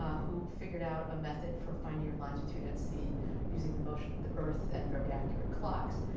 ah who figured out a method for finding your longitude at sea using the motion of the earth and very accurate clocks.